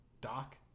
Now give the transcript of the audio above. Doc